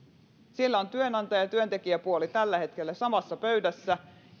siellä ovat työnantaja ja työntekijäpuoli tällä hetkellä samassa pöydässä ja